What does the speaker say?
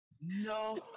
No